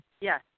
Yes